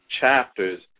chapters